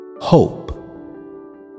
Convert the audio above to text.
Hope